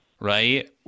right